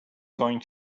going